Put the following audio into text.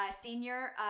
Senior